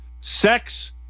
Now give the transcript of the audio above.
sex